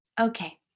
Okay